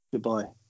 Goodbye